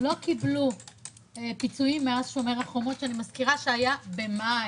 לא קיבלו פיצויים מאז שומר החומות שהיה במאי,